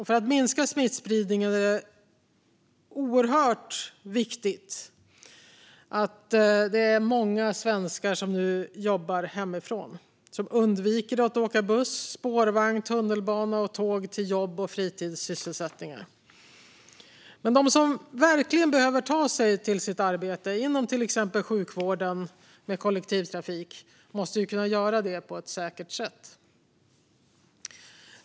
För att minska smittspridningen är det oerhört viktigt att många svenskar jobbar hemifrån och undviker att åka buss, spårvagn, tunnelbana och tåg till jobb och fritidssysselsättningar. Men de som behöver ta sig till sitt arbete, till exempel inom sjukvården, med kollektivtrafik måste kunna göra det på ett säkert sätt.